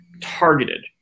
targeted